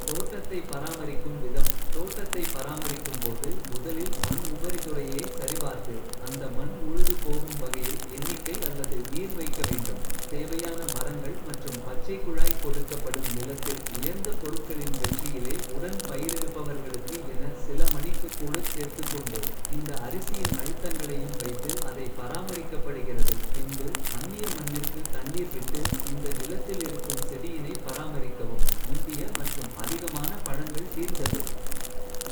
தோட்டத்தை பராமரிக்கும் விதம். தோட்டத்தை பராமரிக்கும்போது முதலில் மண் உபரிதுறையை. சரிபார்த்து அந்த மண் உழுது போகும் வகையில் எண்ணி. க்கை அல்லது நீர் வைக்கவேண்டும். தேவையான மரங்கள். மற்றும் பச்சைக்குழாய் கொடுக்கப்படும் நிலத்தில் உயர்ந்த. பொருட்களின் வெற்றியிலே உடன் பயிரிடுபவர்களுக்கு என. சில மணிக்குக் கூடச் சேர்த்துக் கொண்டு. இந்த அரிசியின். அழுத்தங்களையும் வைத்து அதை பராமரிக்கப்படுகிறது. பின்பு அந்நிய மண்ணிற்கு தண்ணீர் விட்டு. இந்த நிலத்தில் இருக்கும் செடியினை பராமரிக்கவும். முந்திய மற்றும் அதிகமான பழங்கள் தீர்ந்தது. "